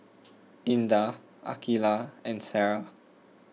Indah Aqilah and Sarah